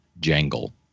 jangle